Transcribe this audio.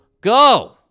go